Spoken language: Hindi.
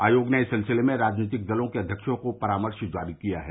आयोग ने इस सिलसिले में राजनीतिक दलों के अध्यक्षों को परामर्श जारी किया है